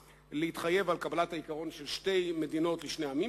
להתחייב על קבלת העיקרון של שתי מדינות לשני עמים,